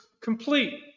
complete